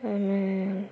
ଆମେ